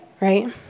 right